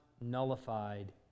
nullified